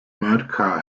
motorcar